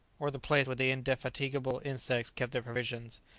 or the place where the indefatigable insects keep their provisions.